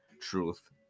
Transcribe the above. truth